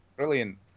Brilliant